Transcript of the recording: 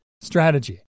Strategy